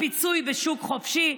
מסלול פיצוי בשוק חופשי.